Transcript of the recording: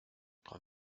con